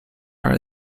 part